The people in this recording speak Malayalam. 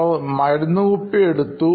അവൾ മരുന്നു കുപ്പി എടുത്തു